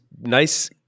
nice